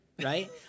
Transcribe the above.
Right